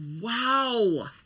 Wow